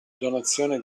donazione